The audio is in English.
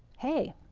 hey,